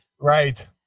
Right